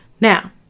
Now